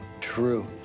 True